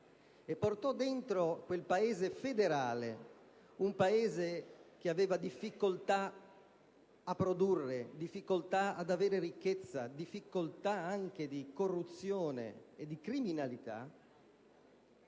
unendo a quel Paese federale un Paese che aveva difficoltà a produrre, difficoltà ad avere ricchezza, difficoltà anche in termini di corruzione e di criminalità,